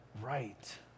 right